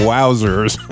Wowzers